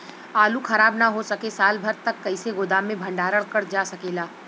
आलू खराब न हो सके साल भर तक कइसे गोदाम मे भण्डारण कर जा सकेला?